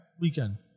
Weekend